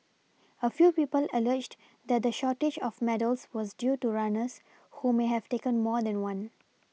a few people alleged that the shortage of medals was due to runners who may have taken more than one